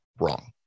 wrong